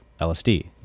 LSD